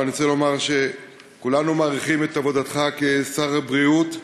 ואני רוצה לומר שכולנו מעריכים את עבודתך כשר הבריאות,